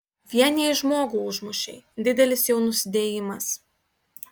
vien jei žmogų užmušei didelis jau nusidėjimas